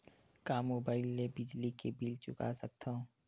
का मुबाइल ले बिजली के बिल चुका सकथव?